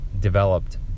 developed